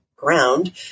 ground